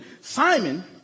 Simon